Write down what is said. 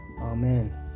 Amen